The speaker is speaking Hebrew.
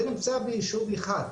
זה נמצא בישוב אחד,